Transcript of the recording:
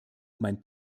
mein